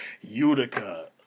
Utica